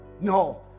No